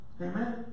Amen